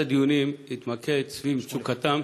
אחד הדיונים התמקד במצוקתם